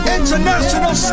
International